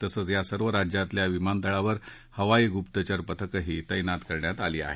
तसंच या सर्व राज्यातल्या विमानतळावर हवाई गुप्तचर पथकंही तैनात करण्यात आली आहेत